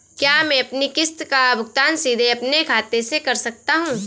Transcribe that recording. क्या मैं अपनी किश्त का भुगतान सीधे अपने खाते से कर सकता हूँ?